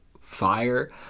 fire